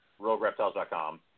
RogueReptiles.com